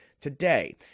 today